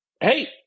hey